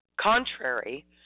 contrary